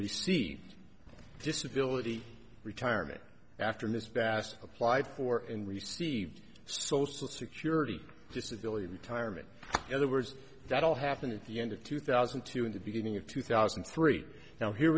receive disability retirement after his vast applied for and received social security disability retirement other words that all happened at the end of two thousand and two in the beginning of two thousand and three now here